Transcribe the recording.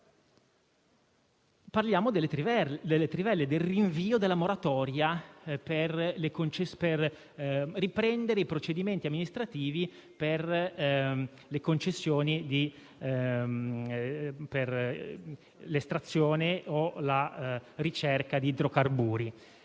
Parliamo poi delle trivelle, del rinvio della moratoria per riprendere i procedimenti amministrativi per le concessioni finalizzate all'estrazione o alla ricerca di idrocarburi.